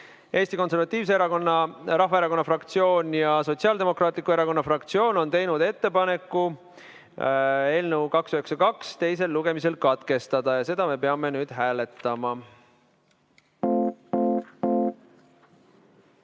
Eesti Konservatiivse Rahvaerakonna fraktsioon ja Sotsiaaldemokraatliku Erakonna fraktsioon on teinud ettepaneku eelnõu 292 teine lugemine katkestada. Seda me peame nüüd hääletama.